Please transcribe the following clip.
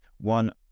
One